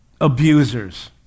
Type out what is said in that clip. abusers